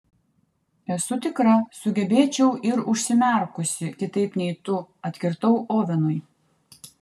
esu tikra sugebėčiau ir užsimerkusi kitaip nei tu atkirtau ovenui